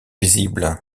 visible